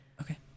Okay